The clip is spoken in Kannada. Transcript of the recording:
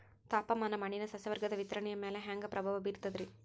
ತಾಪಮಾನ ಮಣ್ಣಿನ ಸಸ್ಯವರ್ಗದ ವಿತರಣೆಯ ಮ್ಯಾಲ ಹ್ಯಾಂಗ ಪ್ರಭಾವ ಬೇರ್ತದ್ರಿ?